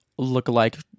lookalike